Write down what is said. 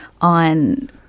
on